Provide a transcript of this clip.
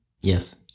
yes